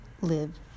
live